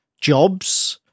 jobs